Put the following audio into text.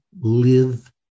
live